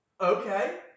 Okay